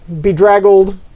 bedraggled